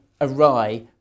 awry